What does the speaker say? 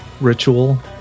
ritual